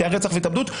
כי היה רצח והתאבדות,